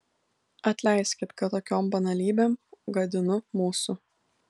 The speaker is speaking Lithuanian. atleiskit kad tokiom banalybėm gadinu mūsų